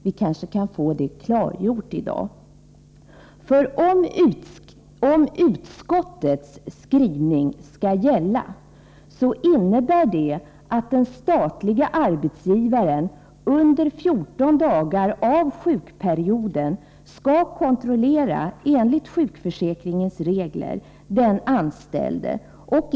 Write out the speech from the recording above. Vi kanske kan få det klarlagt här i dag. Om utskottets skrivning skall gälla, så innebär det att den statliga arbetsgivaren under 14 dagar av sjukperioden enligt sjukförsäkringens regler skall kontrollera den anställde.